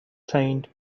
trained